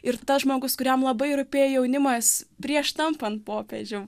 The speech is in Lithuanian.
ir tas žmogus kuriam labai rūpėjo jaunimas prieš tampant popiežiumi